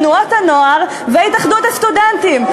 תנועות הנוער והתאחדות הסטודנטים,